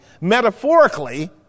metaphorically